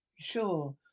Sure